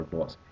Boss